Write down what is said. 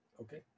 Okay